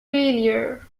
failure